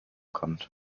kommt